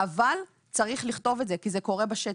אבל צריך לכתוב את זה כי זה קורה בשטח.